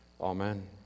Amen